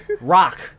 Rock